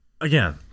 Again